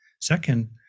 Second